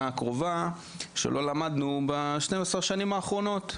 הקרובה שלא למדנו ב-12 השנים האחרונות.